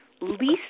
least